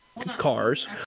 cars